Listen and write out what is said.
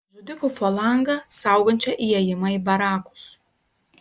žudikų falangą saugančią įėjimą į barakus